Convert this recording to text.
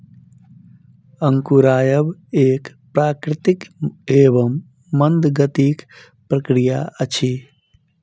अंकुरायब एक प्राकृतिक एवं मंद गतिक प्रक्रिया अछि